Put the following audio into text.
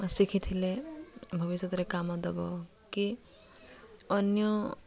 ଶିଖିଥିଲେ ଭବିଷ୍ୟତରେ କାମ ଦବ କି ଅନ୍ୟ